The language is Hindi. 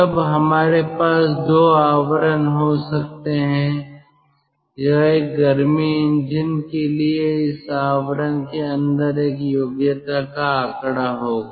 तब हमारे पास 2 आवरण हो सकते हैं यह एक गर्मी इंजन के लिए इस आवरण के अंदर एक योग्यता का आंकड़ा होगा